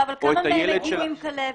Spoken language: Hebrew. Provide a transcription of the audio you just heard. אבל כמה מהם מגיעים עם כלבת?